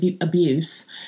abuse